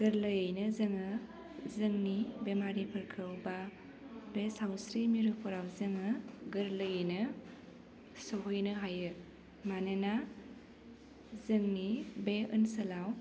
गोरलैयैनो जोङो जोंनि बेमारिफोरखौ बा बे सावस्रि मिरुफोराव जोङो गोरलैयैनो सौहैनो हायो मानोना जोंनि बे ओनसोलाव